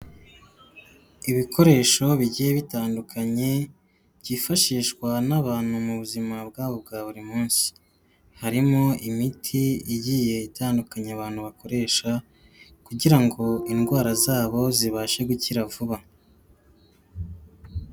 Ibikoresho bigiye bitandukanye byifashishwa n'abantu mu buzima bwabo bwa buri munsi, harimo imiti igiye itandukanye abantu bakoresha, kugira ngo indwara zabo zibashe gukira vuba.